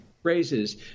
Phrases